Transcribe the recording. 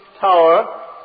tower